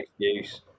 excuse